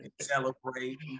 celebrate